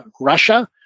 Russia